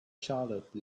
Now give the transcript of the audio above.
charlotte